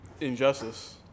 injustice